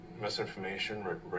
misinformation